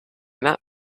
that